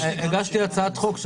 הגשתי הצעת חוק,